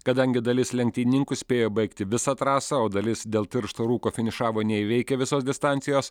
kadangi dalis lenktynininkų spėjo baigti visą trasą o dalis dėl tiršto rūko finišavo neįveikę visos distancijos